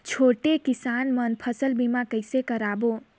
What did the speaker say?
छोटे किसान मन फसल बीमा कइसे कराबो?